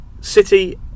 City